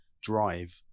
drive